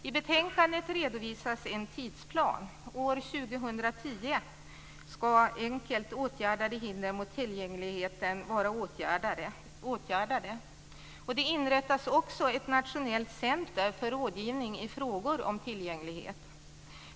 I betänkandet redovisas en tidsplan - år 2010 ska enkelt åtgärdade hinder för tillgängligheten vara åtgärdade. Det inrättas också ett nationellt center för rådgivning i frågor om tillgänglighet.